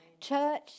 Church